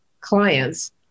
clients